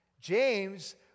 James